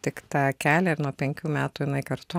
tik tą kelią ir nuo penkių metų jinai kartu